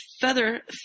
feather